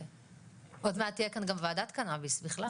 עוד מעט תהיה כאן וועדת קנאביס בכלל.